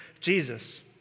Jesus